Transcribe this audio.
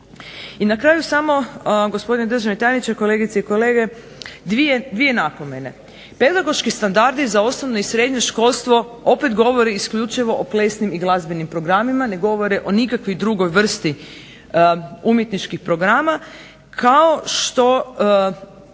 I na kraju samo gospodine državni tajniče, kolegice i kolege, dvije napomene. Pedagoški standardi za osnovne i srednje školstvo opet govori isključivo o plesnim i glazbenim programima, ne govore o nikakvoj drugoj vrsti umjetničkih programa kao što